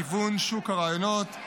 גיוון שוק הרעיונות,